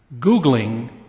Googling